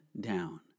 down